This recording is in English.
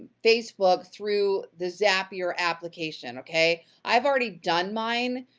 facebook through the zapier application, okay? i've already done mine,